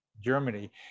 Germany